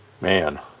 man